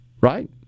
right